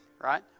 right